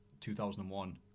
2001